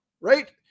Right